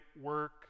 work